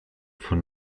von